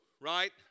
right